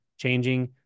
changing